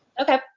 Okay